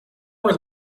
were